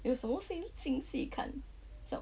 eh 有什么新新戏看